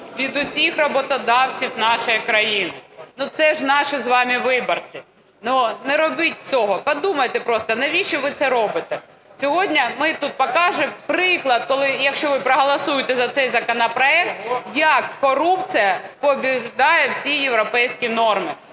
від усіх роботодавців нашої країни. Ну це ж наші з вами виборці, не робіть цього, подумайте просто навіщо ви ще робите. Сьогодні ми тут покажемо приклад, якщо ви проголосуєте за цей законопроект, як корупція перемагає всі європейські норми